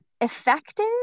effective